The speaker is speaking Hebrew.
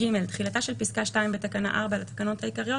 (ג) תחילתה של פסקה (2) בתקנה 4 לתקנות העיקריות